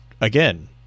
again